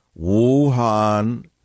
Wuhan